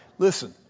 Listen